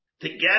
together